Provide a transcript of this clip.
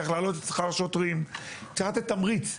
צריך להעלות את שכר השוטרים, צריך לתת תמריץ.